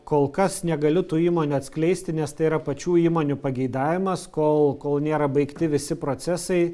kol kas negaliu tų įmonių atskleisti nes tai yra pačių įmonių pageidavimas kol kol nėra baigti visi procesai